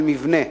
של מבנה,